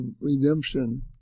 redemption